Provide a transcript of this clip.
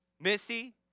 missy